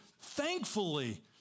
thankfully